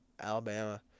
Alabama